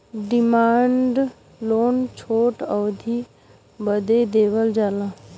demand loan छोट अवधी बदे देवल जाला